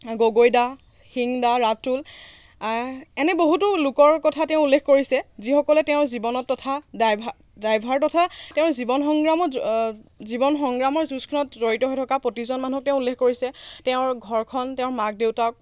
গগৈ দা সিং দা ৰাতুল এনে বহুতো লোকৰ কথা তেওঁ উল্লেখ কৰিছে যিসকলে তেওঁৰ জীৱনত তথা ড্ৰাইভাৰ ড্ৰাইভাৰ তথা তেওঁৰ জীৱন সংগ্ৰামত জীৱন সংগ্ৰামৰ যুঁজখনত জড়িত হৈ থকা প্ৰতিজন মানুহক তেওঁ উল্লেখ কৰিছে তেওঁৰ ঘৰখন তেওঁৰ মাক দেউতাক